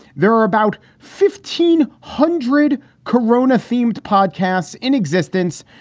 there are about fifteen hundred corona themed podcasts in existence,